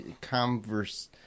Converse